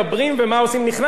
הוא ישב אתי,